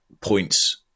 points